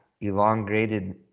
Elongated